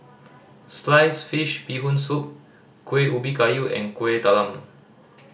sliced fish Bee Hoon Soup Kuih Ubi Kayu and Kueh Talam